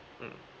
mm